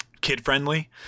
kid-friendly